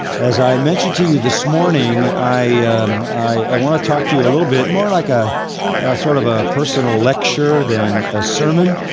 as i mentioned to you, this morning, i i want to talk to you a little bit, more like a sort of a personal lecture than a sermon,